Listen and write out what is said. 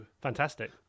Fantastic